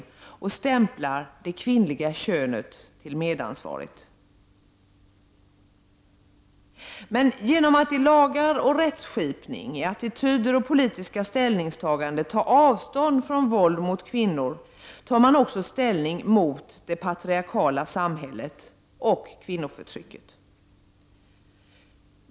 Dessutom stämplar man det kvinnliga könet som medansvarigt. Genom att i lagar och i rättsskipning samt i attityder och i politiska ställningstaganden ta avstånd från våld mot kvinnor tar man också ställning mot det patriarkaliska samhället och mot kvinnoförtrycket.